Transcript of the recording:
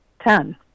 ten